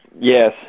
Yes